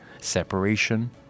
separation